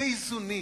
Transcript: באיזונים,